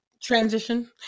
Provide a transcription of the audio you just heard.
transition